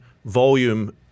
volume